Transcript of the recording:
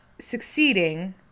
succeeding